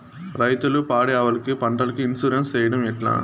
రైతులు పాడి ఆవులకు, పంటలకు, ఇన్సూరెన్సు సేయడం ఎట్లా?